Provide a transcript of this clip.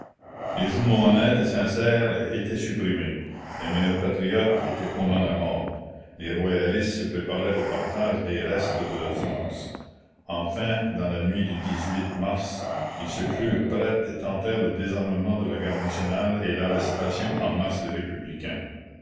les journaux honnêtes et sincères étaient supprimés les meilleurs patriotes étaient condamnés à mort les royalistes se préparaient au partage des restes de la france enfin dans la nuit du mars ils se crurent prêts et tentèrent le désarmement de la garde nationale et l'arrestation en masse des républicains